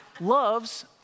loves